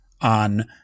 on